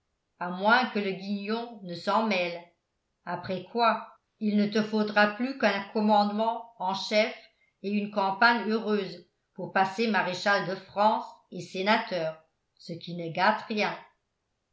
à moins que le guignon ne s'en mêle après quoi il ne te faudra plus qu'un commandement en chef et une campagne heureuse pour passer maréchal de france et sénateur ce qui ne gâte rien